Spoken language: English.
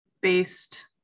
based